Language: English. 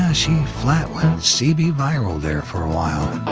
yeah she flat went cb viral there for a while. ah